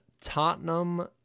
Tottenham